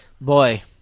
Boy